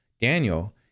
Daniel